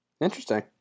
Interesting